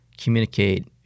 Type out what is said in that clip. communicate